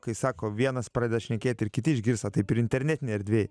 kai sako vienas pradeda šnekėt ir kiti išgirsta taip ir internetinėj erdvėj